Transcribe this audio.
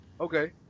okay